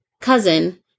cousin